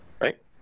right